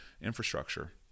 infrastructure